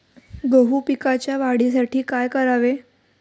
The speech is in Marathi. गहू पिकाच्या वाढीसाठी काय करावे?